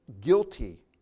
guilty